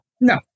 no